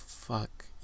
fuck